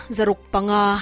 Zarukpanga